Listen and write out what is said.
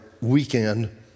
weekend